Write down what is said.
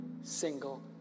single